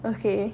okay